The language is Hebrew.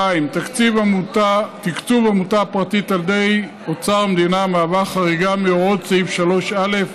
2. תקצוב עמותה פרטית על ידי אוצר המדינה מהווה חריגה מהוראת סעיף 3(א)